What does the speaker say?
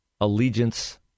allegiance